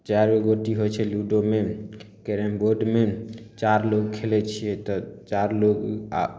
चारि गो गोटी होइ छै लूडोमे कैरमबोर्डमे चारि लोग खेलै छियै तऽ चारि लोग आ